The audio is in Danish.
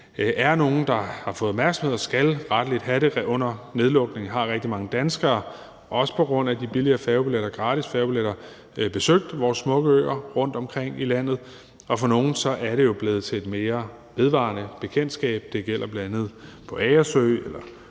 er nogle, der har fået opmærksomhed, og som rettelig skal have det. Under nedlukningen har rigtig mange danskere også på grund af de billigere færgebilletter og gratis færgebilletter besøgt vores smukke øer rundtomkring i landet, og for nogle er det jo blevet til et mere vedvarende bekendtskab. Det gælder bl.a. på Agersø eller